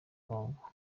congo